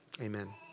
Amen